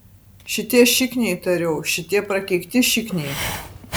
šitie šikniai tariau šitie prakeikti šikniai